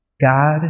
God